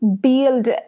build